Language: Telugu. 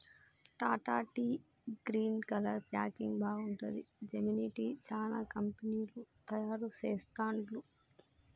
Tata tea green colour packing బాగుంటది, జెమినీ టీ, చానా కంపెనీలు తయారు చెస్తాండ్లు